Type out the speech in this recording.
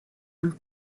een